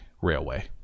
railway